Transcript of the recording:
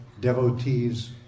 devotees